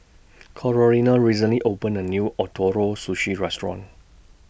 Corinna recently opened A New Ootoro Sushi Restaurant